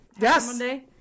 yes